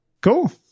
cool